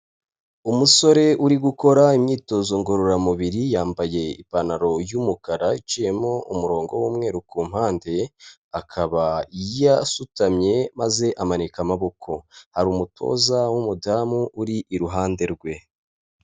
Umusore uri gukora imyitozo ngororamubiri, yambaye ipantaro y'umukara, iciyemo umurongo w'umweru ku mpande, akaba yasutamye maze amanika amaboko. Hari umutoza w'umudamu, uri iruhande rwe.